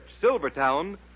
Silvertown